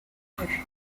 prévu